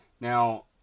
Now